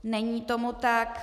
Není tomu tak.